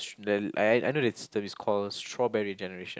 the I I I know it's that is call strawberry generation